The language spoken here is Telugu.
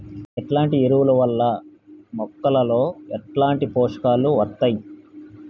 ఎట్లాంటి ఎరువుల వల్ల మొక్కలలో ఎట్లాంటి పోషకాలు వత్తయ్?